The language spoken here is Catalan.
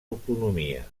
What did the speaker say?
autonomia